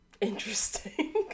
Interesting